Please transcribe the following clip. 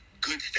good